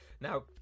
Now